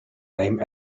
name